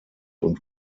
und